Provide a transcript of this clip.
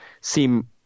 seem